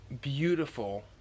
beautiful